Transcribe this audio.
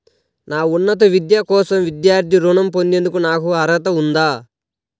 నా ఉన్నత విద్య కోసం విద్యార్థి రుణం పొందేందుకు నాకు అర్హత ఉందా?